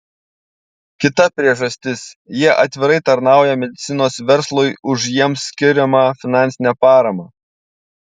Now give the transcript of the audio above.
kita priežastis jie atvirai tarnauja medicinos verslui už jiems skiriamą finansinę paramą